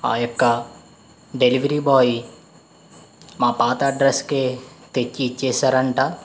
ఆ యొక్క delivery boy మా పాత అడ్రస్కు తెచ్చి ఇచ్చేసారు అంట